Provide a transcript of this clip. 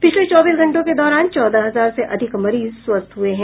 पिछले चौबीस घंटों के दौरान चौदह हजार से अधिक मरीज स्वस्थ हुए हैं